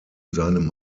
seinem